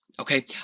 Okay